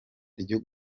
ryo